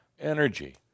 energy